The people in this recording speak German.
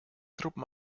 truppen